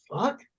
fuck